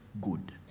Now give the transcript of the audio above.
good